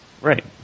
Right